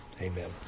amen